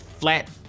flat